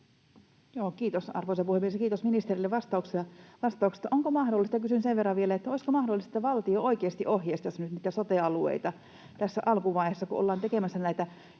Kiitos, arvoisa puhemies! Ja kiitos ministerille vastauksesta. Kysyn sen verran vielä, olisiko mahdollista, että valtio oikeasti ohjeistaisi nyt niitä sote-alueita tässä alkuvaiheessa, kun ollaan tekemässä tätä